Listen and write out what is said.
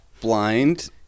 blind